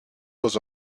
dans